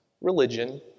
religion